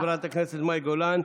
תודה לחברת הכנסת מאי גולן.